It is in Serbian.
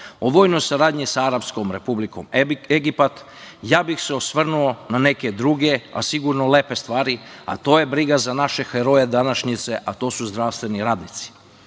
o vojnoj saradnji sa Arapskom Republikom Egipat, ja bih se osvrnuo na neke druge a sigurno lepe stvari, a to je briga za naše heroje današnjice - zdravstvene radnike.